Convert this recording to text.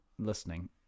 listening